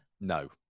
No